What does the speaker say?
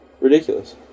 Ridiculous